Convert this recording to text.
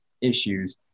issues